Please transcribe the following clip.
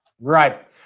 Right